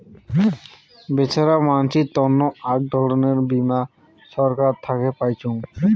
বেছেরা মানসির তন্ন আক ধরণের বীমা ছরকার থাকে পাইচুঙ